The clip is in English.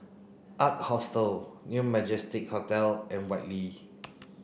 ark Hostel New Majestic Hotel and Whitley